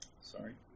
sorry